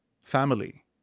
family